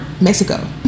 Mexico